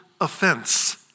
offense